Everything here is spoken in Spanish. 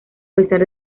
pesar